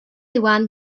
iwan